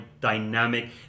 dynamic